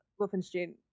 Wolfenstein